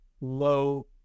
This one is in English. low